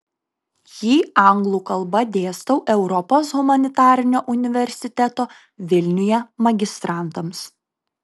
jį anglų kalba dėstau europos humanitarinio universiteto vilniuje magistrantams